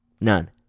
None